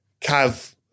Cav